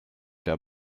der